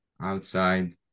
outside